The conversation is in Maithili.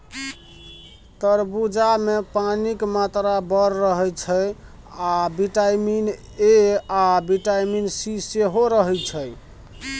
तरबुजामे पानिक मात्रा बड़ रहय छै आ बिटामिन ए आ बिटामिन सी सेहो रहय छै